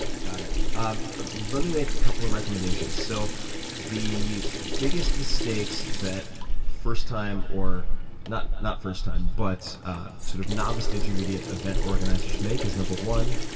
got it. um ah let me make a couple of recommendations. so the biggest mistakes that first time, or not not first time, but sort of novice to intermediate events organizers make is, number one,